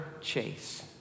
chase